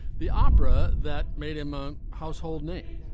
the opera that made him a household name